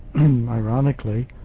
ironically